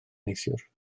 neithiwr